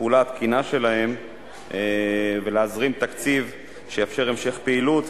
התקינה שלהן ולהזרים תקציב שיאפשר המשך פעילות,